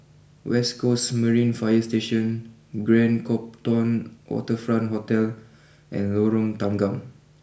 West Coast Marine fire Station Grand Copthorne Waterfront Hotel and Lorong Tanggam